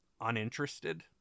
uninterested